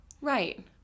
Right